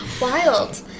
Wild